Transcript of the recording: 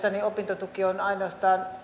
ja tulevaisuudessa opintoraha on ainoastaan